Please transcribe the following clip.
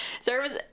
Service